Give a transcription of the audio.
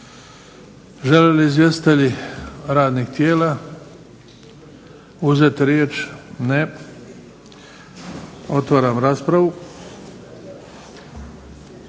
Žele li izvjestitelji radnih tijela uzeti riječ? Ne. Otvaram raspravu.